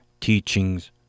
teachings